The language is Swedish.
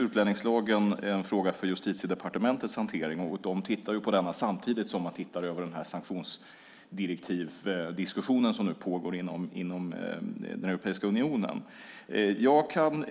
Utlänningslagen är en fråga för Justitiedepartementets hantering, och de tittar på den samtidigt som de tittar på sanktionsdirektivdiskussionen som pågår inom Europeiska unionen. Jag kan